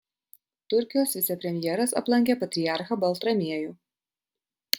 turkijos vicepremjeras aplankė patriarchą baltramiejų